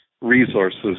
resources